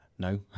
No